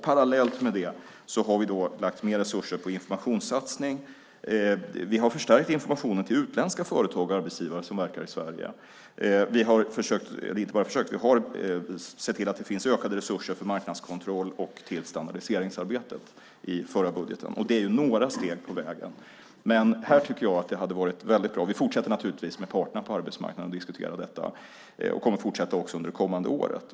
Parallellt med det har vi lagt mer resurser på en informationssatsning. Vi har förstärkt informationen till utländska företag och arbetsgivare som verkar i Sverige. Vi har också - i förra budgeten - sett till att det finns ökade resurser till marknadskontroll och till standardiseringsarbetet. Det här är några steg på vägen. Vi fortsätter naturligtvis diskussionen med parterna på arbetsmarknaden, också under det kommande året.